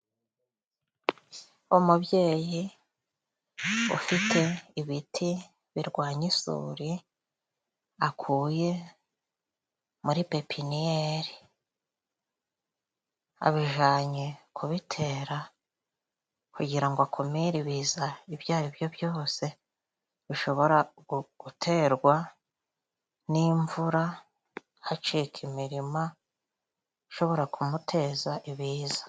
Umubyeyi ufite ibiti birwanya isuri akuye muri pepiniyeri, abijanye kubitera, kugira ngo akumire ibiza ibyo ari byo byose bishobora guterwa n'imvura, hacika imirima, ishobora kumuteza ibiza.